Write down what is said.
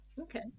Okay